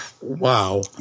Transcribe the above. Wow